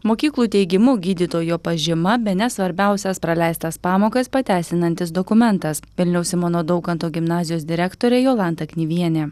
mokyklų teigimu gydytojo pažyma bene svarbiausias praleistas pamokas pateisinantis dokumentas vilniaus simono daukanto gimnazijos direktorė jolanta knyvienė